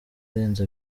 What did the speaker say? arenze